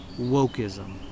wokeism